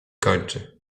kończy